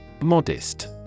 Modest